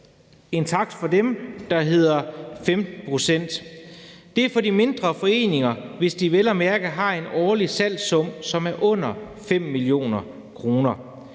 en takst for dem, der hedder 15 pct. Det gælder de mindre foreninger, hvis de vel at mærke har en årlig salgssum, som er under 5 mio. kr.